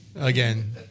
again